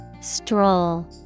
Stroll